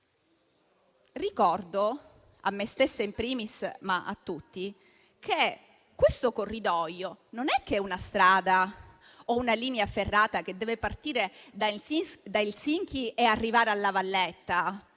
Ricordo però, a me stessa *in primis,* ma a tutti, che questo corridoio non è una strada o una linea ferrata, che deve partire da Helsinki e arrivare a La Valletta,